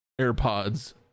AirPods